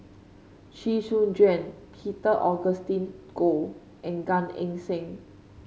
Chee Soon Juan Peter Augustine Goh and Gan Eng Seng